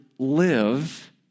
live